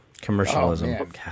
Commercialism